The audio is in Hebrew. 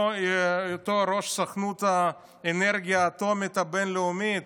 ראש סוכנות האנרגיה האטומית הבין-לאומית,